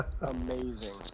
amazing